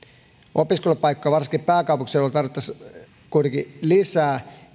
opiskelupaikkoja varsinkin pääkaupunkiseudulla tarvittaisiin lisää